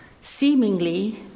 seemingly